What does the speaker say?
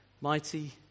Mighty